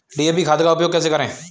DAP खाद का उपयोग कैसे करें?